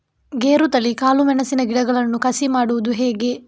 ಗೇರುತಳಿ, ಕಾಳು ಮೆಣಸಿನ ಗಿಡಗಳನ್ನು ಕಸಿ ಮಾಡುವುದು ಹೇಗೆ?